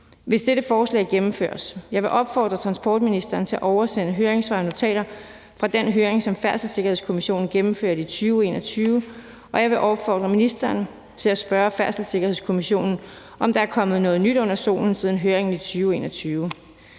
hvis dette forslag gennemføres. Jeg vil opfordre transportministeren til at oversende høringssvar og notater fra den høring, som Færdselssikkerhedskommissionen gennemførte i 2021, og jeg vil opfordre ministeren til at spørge Færdselssikkerhedskommissionen, om der er kommet noget nyt under solen siden høringen i 2021.